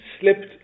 slipped